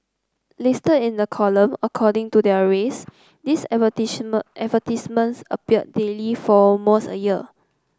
listed in a column according to their race these advertisements appeared daily for almost a year